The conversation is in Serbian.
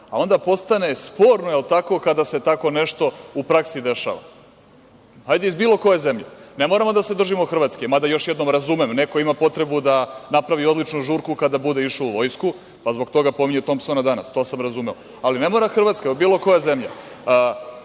a onda postane sporno kada se tako nešto u praksi dešava. Hajde iz bilo koje zemlje, ne moramo da se držimo Hrvatske, mada još jednom razumem, neko ima potrebu da napravi odličnu žurku kada bude išao u vojsku, pa zbog toga pominje Tompsona danas, to sam razumeo, ali ne mora Hrvatska, bilo koja zemlja.